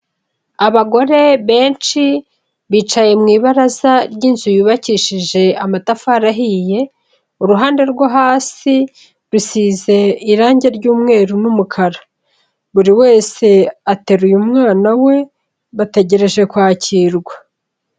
Abagore benshi bicaye mu ibaraza ry'inzu yubakishije amatafari ahiye, uruhande rwo hasi rusize irange ry'umweru n'umukara. Buri wese ateruye umwana we bategereje kwakirwa.